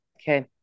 Okay